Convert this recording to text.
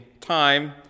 time